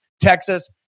Texas